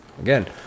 again